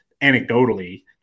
anecdotally